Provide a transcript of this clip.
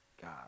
God